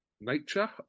Nature